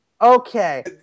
okay